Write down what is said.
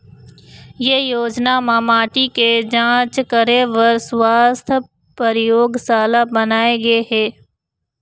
ए योजना म माटी के जांच करे बर सुवास्थ परयोगसाला बनाए गे हे